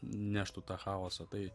neštų tą chaosą tai